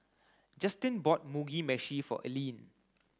Justin bought Mugi meshi for Alene